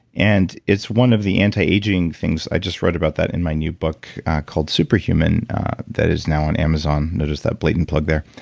and it's one of the anti-aging things. i just read about that in my new book called superhuman that is now on amazon. just that blatant plug there.